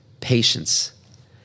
patience